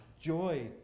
Joy